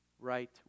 right